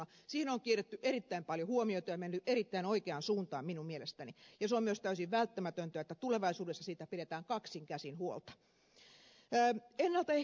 siihen on kiinnitetty erittäin paljon huomiota ja on menty erittäin oikeaan suuntaan minun mielestäni ja on myös täysin välttämätöntä että tulevaisuudessa siitä pidetään kaksin käsin huolta